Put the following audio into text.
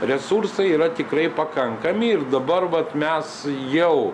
resursai yra tikrai pakankami ir dabar vat mes jau